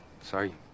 Sorry